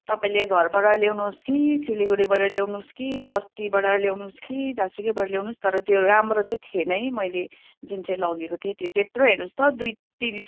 तपाईँले घरबाट ल्याउनुहोस् कि सिलगढीबाट ल्याउनुहोस् कि बस्तीबाट ल्याउनुहोस् कि जहाँसुकैबाट ल्याउनुहोस् तर त्यो राम्रो चाहिँ थिएन है मैले जुन चाहिँ लगेको थिएँ त्यो त्यत्रो हेर्नुहोस् त दुई तिन